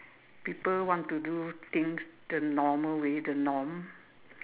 people want to do things the normal way the norm